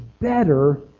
better